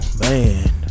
man